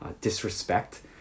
disrespect